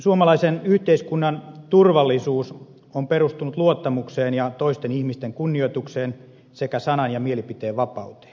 suomalaisen yhteiskunnan turvallisuus on perustunut luottamukseen ja toisten ihmisten kunnioitukseen sekä sanan ja mielipiteenvapauteen